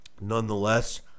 nonetheless